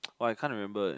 !wah! I can't remember eh